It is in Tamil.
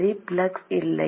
சரி ஃப்ளக்ஸ் இல்லை